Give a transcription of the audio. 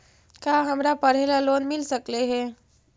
का हमरा पढ़े ल लोन मिल सकले हे?